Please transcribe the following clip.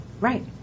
right